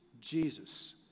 Jesus